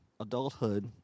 Adulthood